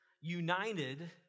united